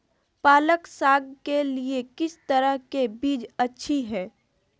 पालक साग के लिए किस तरह के बीज अच्छी है?